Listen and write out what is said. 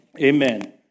Amen